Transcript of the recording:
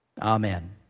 Amen